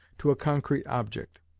to a concrete object,